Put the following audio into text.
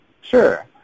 Sure